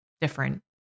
different